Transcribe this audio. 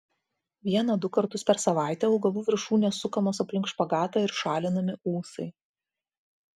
vieną du kartus per savaitę augalų viršūnės sukamos aplink špagatą ir šalinami ūsai